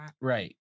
Right